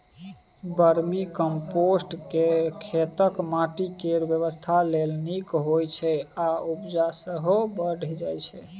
vermicompost खेतक माटि केर स्वास्थ्य लेल नीक होइ छै आ उपजा सेहो बढ़य छै